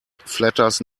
flatters